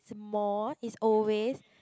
it's more is always